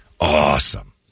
Awesome